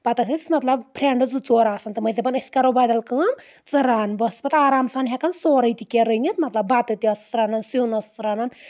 پَتہٕ ٲسۍ ٲسۍ مطلب فرینٛڈٕز زٕ ژور آسان تِم ٲسۍ دپان أسۍ کرو بدل کٲم ژٕ رَن بہٕ ٲسٕس پَتہٕ آرام سان ہؠکان سورُے تہِ کینٛہہ رٔنِتھ مطلب بَتہٕ تہِ ٲسٕس رَنان سیُن ٲسٕس رنان